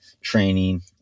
training